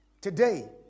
Today